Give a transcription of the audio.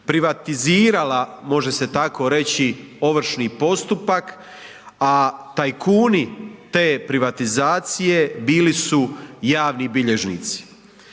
privatizirala, može se tako reći, ovršni postupak a tajkuni te privatizacije bili su javni bilježnici.